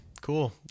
cool